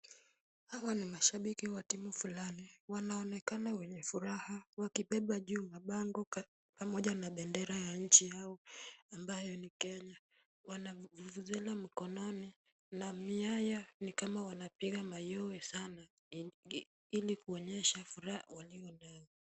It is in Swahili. Hawa ni mashabiki wa timu fulani, wanaonekana wenye furaha wakibeba juu mabango pamoja na bendera ya nchi yao ambayo ni Kenya. Wana vuvuzela mkononi na miaya ni kama wanapiga mayowe sana ili kuonyesha furaha walio nayo.